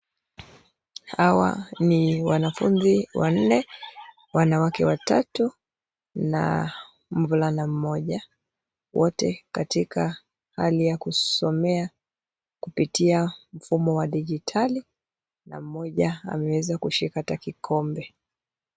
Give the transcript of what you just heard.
Hawa ni wanafunzi wanne, wanawake watatu na mvulana mmoja, wote katika hali ya kusomea kupitia mfumo wa kidijitali na mmoja ameweza kushika hata kikombe.